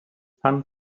sun